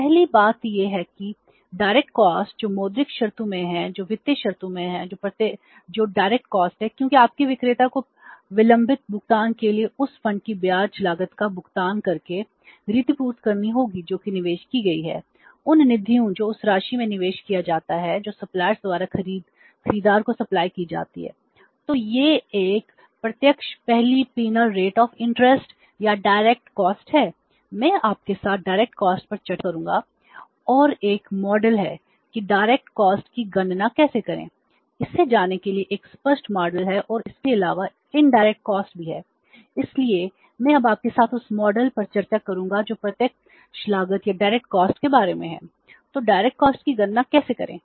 तो पहली बात यह है कि प्रत्यक्ष लागत जो मौद्रिक शर्तों में है जो वित्तीय शर्तों में है जो प्रत्यक्ष लागत है क्योंकि आपको विक्रेता को विलंबित भुगतान के लिए उस फंड की गणना कैसे करें